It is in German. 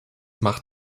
macht